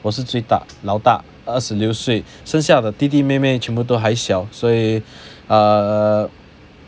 我是最大老大二十六岁剩下的弟弟妹妹全部都还小所以 uh